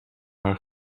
haar